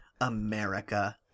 America